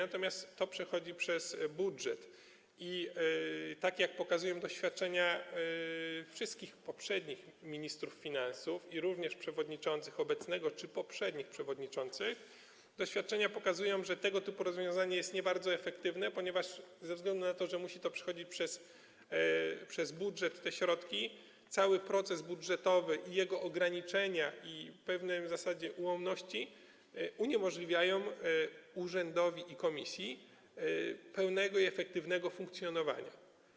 Natomiast to przechodzi przez budżet i jak pokazują doświadczenia wszystkich poprzednich ministrów finansów, również obecnego przewodniczącego czy poprzednich przewodniczących, tego typu rozwiązanie jest nie bardzo efektywne, ponieważ ze względu na to, że musi to przechodzić przez budżet - te środki - cały proces budżetowy i jego ograniczenia i pewne w zasadzie ułomności uniemożliwiają urzędowi i komisji pełne i efektywne funkcjonowanie.